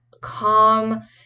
calm